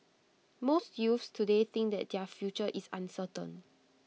most youths today think that their future is uncertain